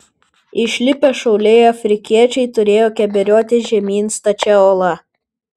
išlipę šauliai afrikiečiai turėjo keberiotis žemyn stačia uola